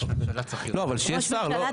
לא אבל שיהיה שר,